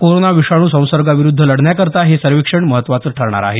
corona विषाणू संसर्गाविरूध्द लढण्याकरता हे सर्वेक्षण महत्त्वाचं ठरणार आहे